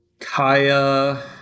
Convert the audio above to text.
Kaya